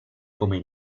come